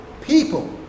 People